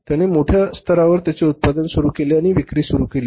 त्याने मोठ्या स्तरावर त्याचे उत्पादन सुरू केले आणि विक्री सुरू केली